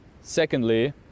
Secondly